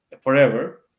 forever